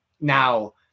now